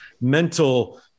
mental